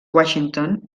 washington